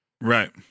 Right